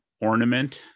ornament